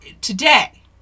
today